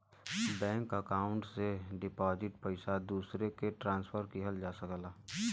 bank account से deposit पइसा दूसरे के ट्रांसफर किहल जा सकला